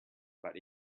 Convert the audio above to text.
but